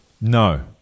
No